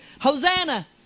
Hosanna